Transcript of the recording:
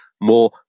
more